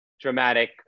dramatic